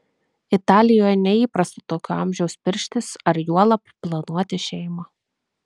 italijoje neįprasta tokio amžiaus pirštis ar juolab planuoti šeimą